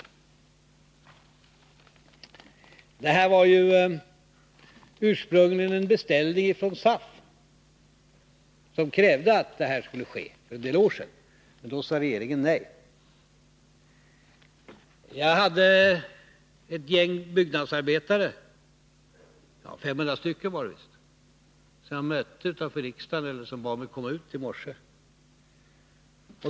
Förslaget om karensdagar var ju ursprungligen en beställning från SAF, som krävde att det här skulle ske för en del år sedan. Då sade regeringen nej. Jag mötte ett gäng byggnadsarbetare — 500 stycken var det — som bad mig komma ut utanför riksdagshuset i morse.